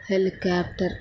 helicopter